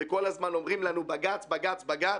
כל הזמן אומרים לנו בג"ץ, בג"ץ, בג"ץ.